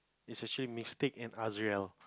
is actually Mystic and